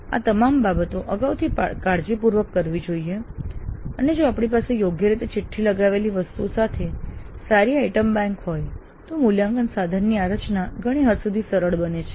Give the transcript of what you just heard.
આ તમામ બાબતો અગાઉથી કાળજીપૂર્વક કરવી જોઈએ અને જો આપણી પાસે યોગ્ય રીતે ચિઠ્ઠી લગાવેલી વસ્તુઓ સાથે સારી આઇટમ બેંક હોય તો મૂલ્યાંકન સાધનની આ રચના ઘણી હદ સુધી સરળ બને છે